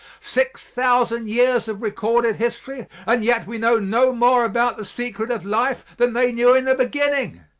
six thousand years of recorded history and yet we know no more about the secret of life than they knew in the beginning.